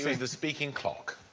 the speaking clock.